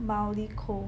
mildly cold